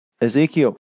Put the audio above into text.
Ezekiel